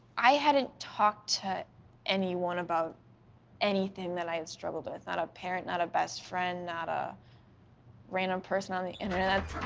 i hadn't talked to anyone about anything that i and struggled with, not a parent, not a best friend, not a random person on the internet.